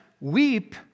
weep